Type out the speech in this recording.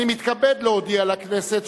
אני מתכבד להודיע לכנסת,